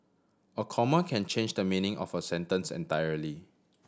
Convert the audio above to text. a comma can change the meaning of a sentence entirely